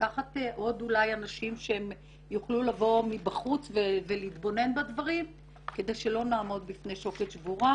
לקחת עוד אנשים מבחוץ ולהתבונן בדברים כדי שלא נעמוד בפני שוקת שבורה